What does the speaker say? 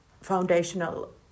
foundational